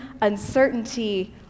uncertainty